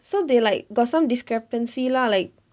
so they like got some discrepancy lah like